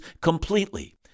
completely